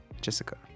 jessica